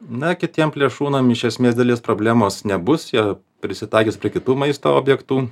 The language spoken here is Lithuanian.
na kitiem plėšrūnam iš esmės dilės problemos nebus jie prisitaikys prie kitų maisto objektų